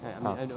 ah